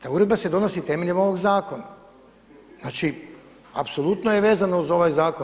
Ta uredba se donosi temeljem ovog zakona, znači apsolutno je vezana uz ovaj zakon.